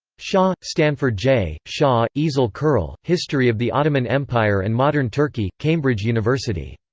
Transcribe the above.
shaw, stanford j shaw, ezel kural, history of the ottoman empire and modern turkey, cambridge university.